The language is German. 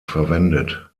verwendet